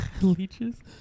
Leeches